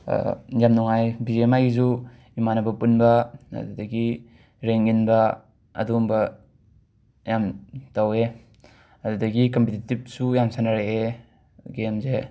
ꯌꯥꯝꯅ ꯅꯨꯉꯥꯏꯌꯦ B G M ꯑꯥꯏꯒꯤꯁꯨ ꯏꯃꯥꯟꯅꯕ ꯄꯨꯟꯕ ꯑꯗꯨꯗꯒꯤ ꯔꯦꯡ ꯏꯟꯕ ꯑꯗꯨꯝꯕ ꯌꯥꯝꯅ ꯇꯧꯋꯦ ꯑꯗꯨꯗꯒꯤ ꯀꯝꯄꯤꯇꯤꯇꯤꯞꯁꯨ ꯌꯥꯝꯅ ꯁꯥꯟꯅꯔꯛꯑꯦ ꯒꯦꯝꯁꯦ